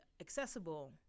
accessible